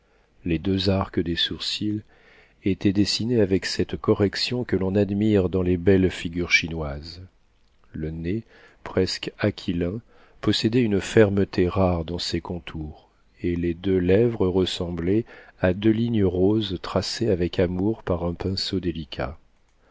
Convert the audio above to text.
les deux arcs des sourcils étaient dessinés avec cette correction que l'on admire dans les belles figures chinoises le nez presque aquilin possédait une fermeté rare dans ses contours et les deux lèvres ressemblaient à deux lignes roses tracées avec amour par un pinceau délicat